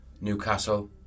Newcastle